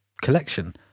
collection